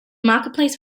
marketplace